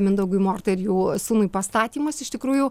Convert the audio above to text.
mindaugui mortai ir jų sūnui pastatymas iš tikrųjų